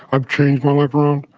i've changed my life around.